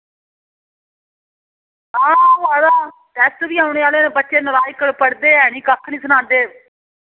हां होआ दा टैस्ट बी औने आह्ले बच्चे नलायक पढ़दे है नी कक्ख नी सनांदे